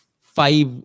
five